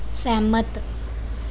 ਸਹਿਮਤ